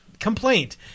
complaint